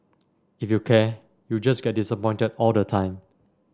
if you care you just get disappointed all the time